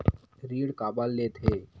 ऋण काबर लेथे?